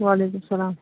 وعلیکُم سلام